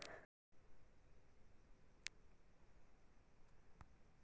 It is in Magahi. सगिया से किटवा हाटाबेला का कारिये?